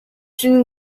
une